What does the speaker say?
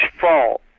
fall